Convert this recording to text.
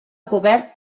cobert